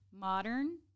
modern